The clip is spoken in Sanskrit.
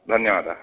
धन्यवादः